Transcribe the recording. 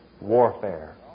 warfare